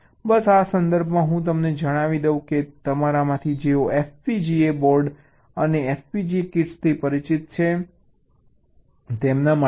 બસ આ સંદર્ભમાં હું તમને જણાવી દઉં કે તમારામાંથી જેઓ FPGA બોર્ડ અને FPGA કિટ્સથી પરિચિત છે તેમના માટે છે